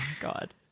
God